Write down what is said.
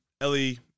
Ellie